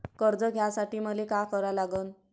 कर्ज घ्यासाठी मले का करा लागन?